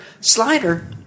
Slider